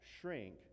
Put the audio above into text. shrink